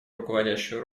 руководящую